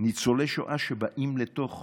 ניצולי שואה שבאים לתוך